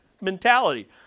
mentality